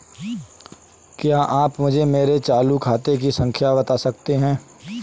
क्या आप मुझे मेरे चालू खाते की खाता संख्या बता सकते हैं?